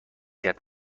کرد